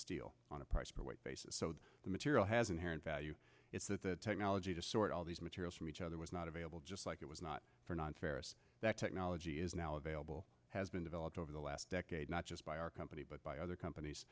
steel on a price for weight basis so the material has inherent value it's that the technology to sort all these materials from each other was not available just like it was not for non ferrous that technology is now available has been developed over the last decade not just by our company but by other companies